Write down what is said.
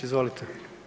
Izvolite.